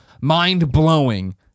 mind-blowing